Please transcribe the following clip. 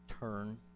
turn